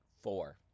Four